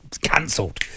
cancelled